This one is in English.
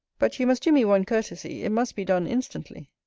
but you must do me one courtesy, it must be done instantly.